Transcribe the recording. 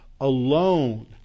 alone